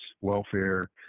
welfare